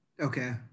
okay